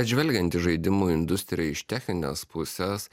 žvelgiant į žaidimų industriją iš techninės pusės